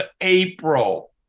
April